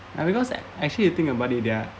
and because actually you think about it there're